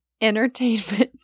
Entertainment